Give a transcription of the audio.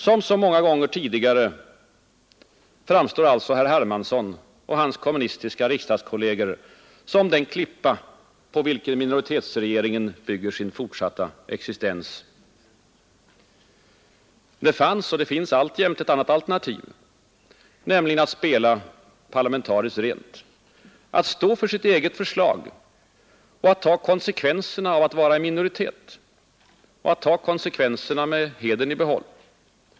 Som så många gånger tidigare framstår alltså herr Hermansson och hans kommunistiska riksdagskolleger som den klippa på vilken minoritetsregeringen bygger sin fortsatta existens. Men det fanns och finns alltjämt ett annat alternativ, nämligen att spela parlamentariskt rent. Att stå för sitt eget förslag och ta konsekvenserna av att vara i minoritet. Att ta dessa konsekvenser med hedern i behåll.